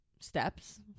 steps